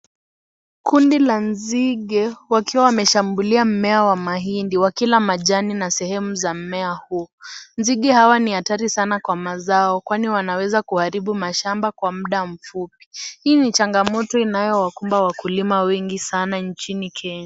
Kundi la nzige wakiwa wameshambulia mmea wa mahindi wakila majani na sehemu za mmea huu. Nzige hawa ni hatari sana kwa mazao kwani wanaweza kuharibu mashamba kwa muda mfupi. Hii ni changamoto inayowakumba wakulima wengi sana nchini kenya.